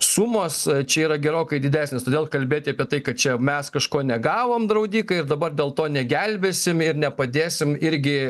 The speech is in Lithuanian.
sumos čia yra gerokai didesnės todėl kalbėti apie tai kad čia mes kažko negavom draudikai ir dabar dėl to negelbėsim ir nepadėsim irgi